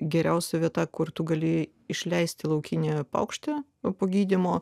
geriausia vieta kur tu gali išleisti laukinė paukštė po gydymo